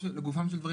לגופם של דברים.